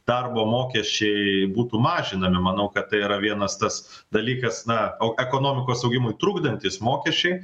darbo mokesčiai būtų mažinami manau kad tai yra vienas tas dalykas na ekonomikos augimui trukdantys mokesčiai